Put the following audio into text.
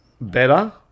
better